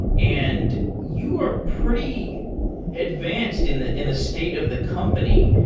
and you are pretty advanced in the in the state of the company,